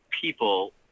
people